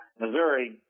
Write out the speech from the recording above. Missouri